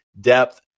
depth